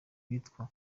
witwa